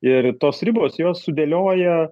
ir tos ribos jos sudėlioja